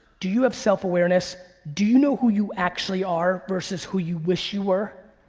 do you have self awareness? do you know who you actually are versus who you wish you were?